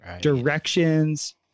directions